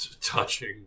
touching